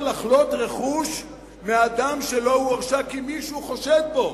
שקובע שאפשר לחלט רכוש מאדם שלא הורשע רק כי מישהו חושד בו?